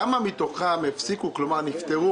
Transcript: כמה מתוכם נפטרו?